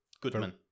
Goodman